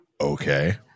Okay